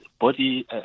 body